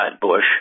Bush